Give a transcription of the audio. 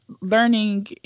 learning